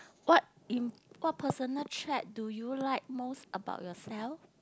what imp~ what personal tread do you like most about yourself